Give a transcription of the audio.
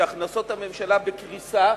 שהכנסות הממשלה בקריסה,